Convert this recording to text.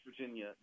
Virginia